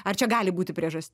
ar čia gali būti priežasti